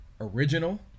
original